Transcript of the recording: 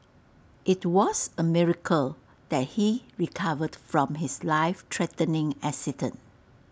IT was A miracle that he recovered from his life threatening accident